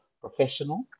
professional